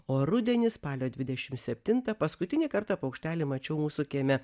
o rudenį spalio dvidešimt septintą paskutinį kartą paukštelį mačiau mūsų kieme